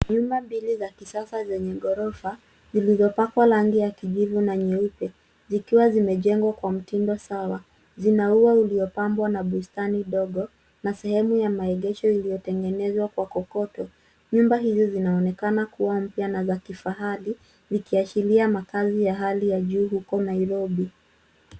Nyumba mbili za kisasa zenye ghorofa zilizopakwa rangi ya kijivu na nyeupe zikiwa zimejengwa kwa mtindo sawa. Zina ua uliopambwa na bustani ndogo na sehemu ya maegesho iliyotengenezwa kwa kokoto. Nyumba hizi zinaonekana kuwa mpya na za kifahari zikiashiria makazi ya hali ya juu huko Nairobi.